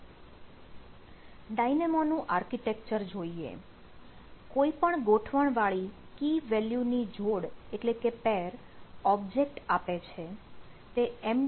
Dynamo નું architecture જોઈએ કોઇ પણ ગોઠવણ વાળી keyvalue ની જોડ ઓબ્જેક્ટ આપે છે